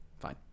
Fine